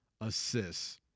assists